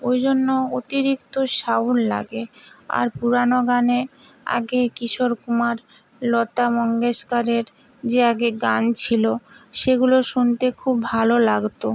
ওই জন্য অতিরিক্ত সাউন্ড লাগে আর পুরানো গানে আগে কিশোর কুমার লতা মঙ্গেশকরের যে আগে গান ছিলো সেগুলো শুনতে খুব ভালো লাগতো